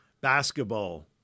basketball